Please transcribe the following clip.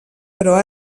però